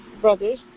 brothers